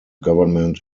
government